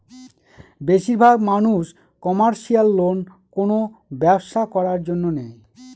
বেশির ভাগ মানুষ কমার্শিয়াল লোন কোনো ব্যবসা করার জন্য নেয়